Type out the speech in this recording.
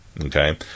Okay